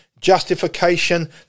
justification